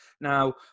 Now